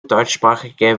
deutschsprachige